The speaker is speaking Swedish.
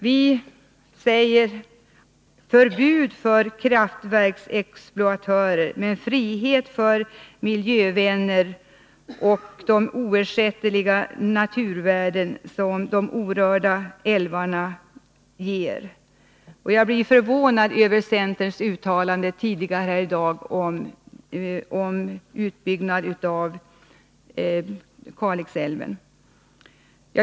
Vi vill ha förbud för kraftverksexploatörer men frihet för miljövänner i deras kamp för de oersättliga naturvärden som de orörda älvarna utgör. Jag blev förvånad över centerns uttalande tidigare i dag om utbyggnad av Kalixälven.